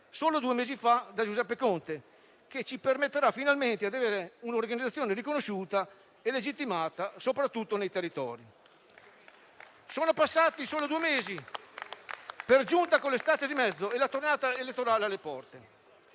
solo due mesi fa da Giuseppe Conte, che ci permetterà finalmente di avere un'organizzazione riconosciuta e legittimata, soprattutto nei territori. Sono passati solo due mesi, per giunta con l'estate di mezzo e la tornata elettorale è alle porte.